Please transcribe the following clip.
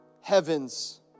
heaven's